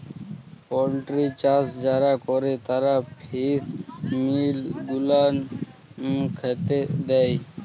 poultry চাষ যারা ক্যরে তারা ফিস মিল গুলান খ্যাতে দেই